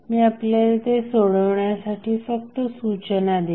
मी आपल्याला ते सोडवण्यासाठी फक्त सूचना देईन